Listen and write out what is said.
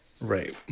Right